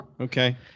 Okay